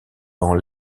dans